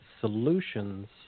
solutions